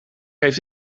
heeft